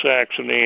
Saxony